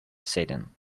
satan